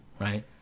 right